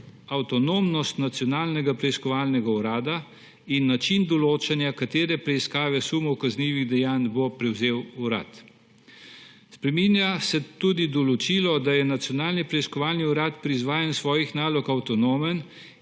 avtonomnost Nacionalnega preiskovalnega urada in način določanja, katere preiskave sumov kaznivih dejanj bo prevzel urad. Spreminja se tudi določilo, da je Nacionalni preiskovalni urad pri izvajanju svojih nalog avtonomen